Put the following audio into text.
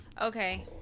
Okay